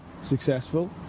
successful